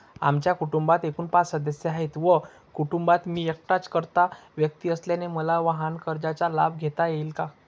आमच्या कुटुंबात एकूण पाच सदस्य आहेत व कुटुंबात मी एकटाच कर्ता व्यक्ती असल्याने मला वाहनकर्जाचा लाभ घेता येईल का?